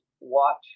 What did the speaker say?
watch